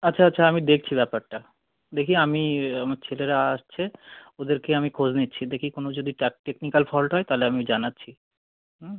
আচ্ছা আচ্ছা আমি দেখছি ব্যাপারটা দেখি আমি আমার ছেলেরা আসছে ওদেরকে আমি খোঁজ নিচ্ছি দেখি কোনও যদি টেকনিক্যাল ফল্ট হয় তাহলে আমি জানাচ্ছি হুম